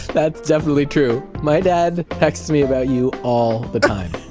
that's definitely true. my dad texts me about you all the time.